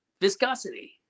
viscosity